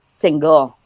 single